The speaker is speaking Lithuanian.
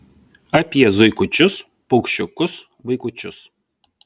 apie zuikučius paukščiukus vaikučius